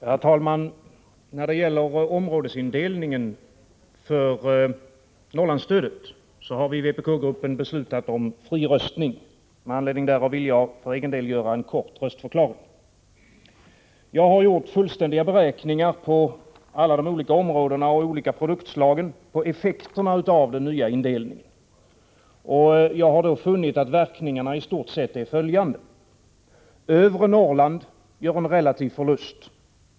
Herr talman! När det gäller områdesindelningen för Norrlandsstödet har vi i vpk-gruppen beslutat om fri röstning. Med anledning därav vill jag för egen del avge en kort röstförklaring. Jag har gjort fullständiga beräkningar på alla de olika områdena och alla de olika produktslagen när det gäller effekterna av den nya indelningen. Då har jag funnit att verkningarna i stort sett är följande. Övre Norrland gör en relativ förlust.